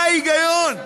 מה ההיגיון?